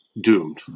doomed